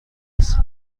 است